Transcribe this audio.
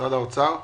משרד האוצר,